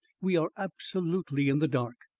we are absolutely in the dark.